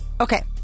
Okay